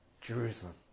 Jerusalem